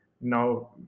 now